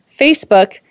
Facebook